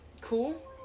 Cool